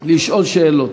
לשאול שאלות,